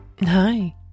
Hi